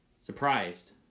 Surprised